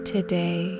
Today